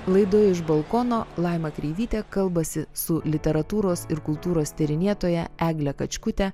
laidoj iš balkono laima kreivytė kalbasi su literatūros ir kultūros tyrinėtoja egle kačkute